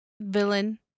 villain